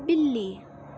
बिल्ली